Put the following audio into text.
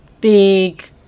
big